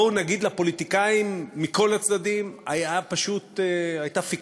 בואו נגיד, לפוליטיקאים מכל הצדדים הייתה פיקסציה